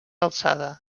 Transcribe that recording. alçada